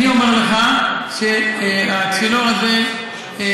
אני אומר לך שהצינור הזה יפעל.